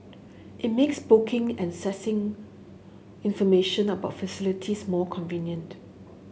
it makes booking and accessing information about facilities more convenient